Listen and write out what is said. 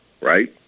right